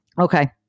Okay